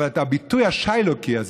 אבל את הביטוי השיילוקי הזה,